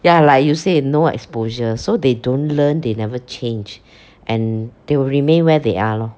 ya like you said no exposure so they don't learn they never change and they will remain where they are lor